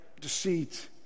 deceit